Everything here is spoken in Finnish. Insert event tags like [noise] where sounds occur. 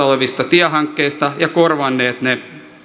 [unintelligible] olevista tiehankkeista ja korvanneet ne